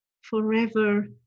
forever